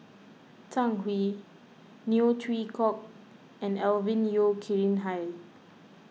Zhang Hui Neo Chwee Kok and Alvin Yeo Khirn Hai